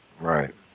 Right